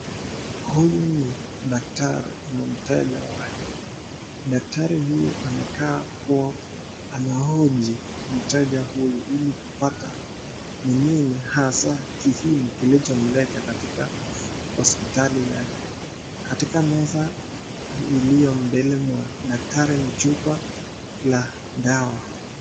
Huyu ni daktari na mteja wake, daktari huyu anakaa kua anahoji mteja huyo hili kupata ni nini hasaa kiini kilichomleta katika hospitali yake. Katika meza iliyo mbele mwa daktari ni chupa la dawa.